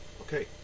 Okay